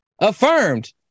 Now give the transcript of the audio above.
affirmed